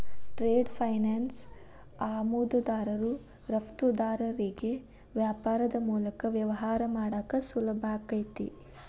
trade finance ಆಮದುದಾರರು ರಫ್ತುದಾರರಿಗಿ ವ್ಯಾಪಾರದ್ ಮೂಲಕ ವ್ಯವಹಾರ ಮಾಡಾಕ ಸುಲಭಾಕೈತಿ